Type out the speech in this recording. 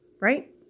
Right